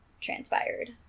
transpired